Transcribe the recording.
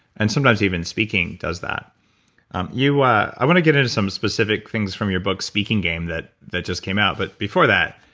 and sometimes even speaking does that um ah i want to get into some specific things from your book speaking game that that just came out. but before that,